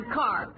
car